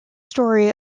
story